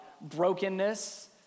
brokenness